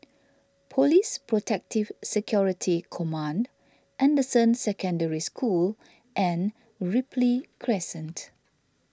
Police Protective Security Command Anderson Secondary School and Ripley Crescent